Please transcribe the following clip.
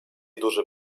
duży